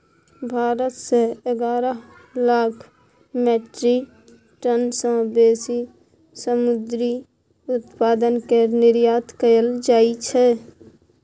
भारत सँ एगारह lakh metric tonne सँ बेसी समुंदरी उत्पाद केर निर्यात कएल जाइ छै